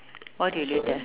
what you later